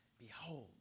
behold